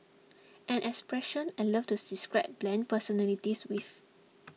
an expression I love to describe bland personalities with